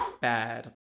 bad